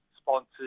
sponsors